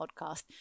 podcast